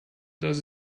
dass